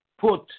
put